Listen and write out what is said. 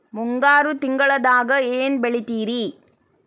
ಮುಂಗಾರು ತಿಂಗಳದಾಗ ಏನ್ ಬೆಳಿತಿರಿ?